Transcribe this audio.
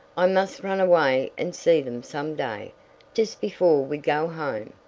i must run away and see them some day just before we go home,